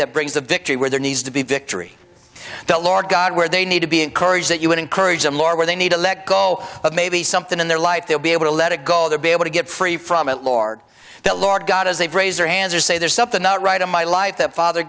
that brings the victory where there needs to be victory the lord god where they need to be encouraged that you would encourage them are where they need to let go of maybe something in their life they'll be able to let it go their be able to get free from it lord the lord god as they raise their hands or say there's something not right in my life that father